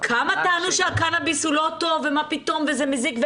כמה טענו שהקנביס לא טוב ומה פתאום וזה מזיק.